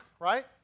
right